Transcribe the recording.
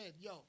yo